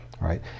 right